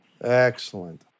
Excellent